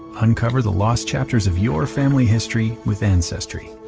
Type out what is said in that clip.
uncover the lost chapters of your family history with ancestry.